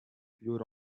your